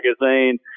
magazine